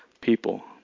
people